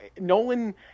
Nolan